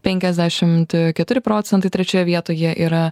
penkiasdešimt keturi procentai trečioje vietoje yra